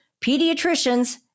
pediatricians